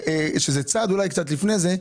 שזה צעד אולי קצת לפני זה.